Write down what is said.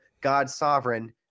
God-sovereign